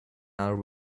are